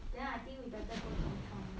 then I think we better go Chomp Chomp